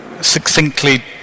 succinctly